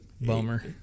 Bummer